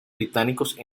británicos